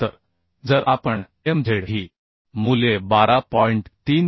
तर जर आपण Mz ही मूल्ये 12